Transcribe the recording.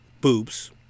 boobs